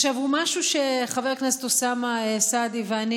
הוא משהו שחבר הכנסת אוסאמה סעדי ואני